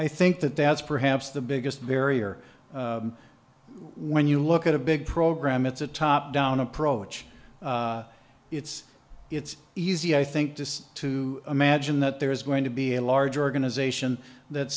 i think that that's perhaps the biggest barrier when you look at a big program it's a top down approach it's it's easy i think just to imagine that there is going to be a large organisation that